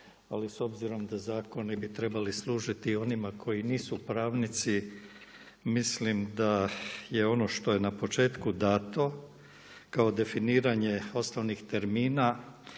ali s obzirom da zakoni bi trebali služiti onima koji nisu pravnici, mislim da je ono što je na početku dato, kao definiranje osnovnih termina,